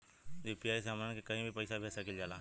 UPI से हमहन के कहीं भी पैसा भेज सकीला जा?